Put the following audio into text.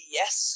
yes